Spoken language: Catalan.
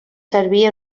servir